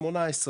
18 כתוב.